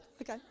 Okay